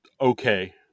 okay